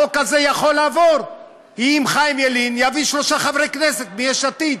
החוק הזה יכול לעבור אם חיים ילין יביא שלושה חברי כנסת מיש עתיד,